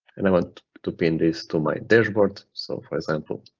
and i want to pin this to my dashboard. so for example,